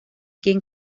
quien